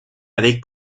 avec